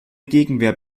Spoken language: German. gegenwehr